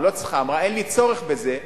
או אמרה: אין לי צורך בזה,